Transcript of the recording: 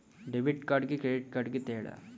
Debit కార్డుకి credit కార్డుకి తేడా?